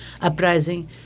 uprising